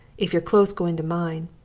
if your clothes go into mine.